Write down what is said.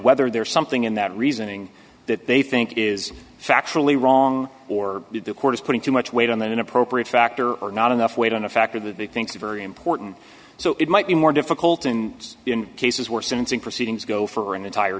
whether there is something in that reasoning that they think is factually wrong or did the court is putting too much weight on that inappropriate factor or not enough weight on a factor that they think very important so it might be more difficult in cases where sentencing proceedings go for an entire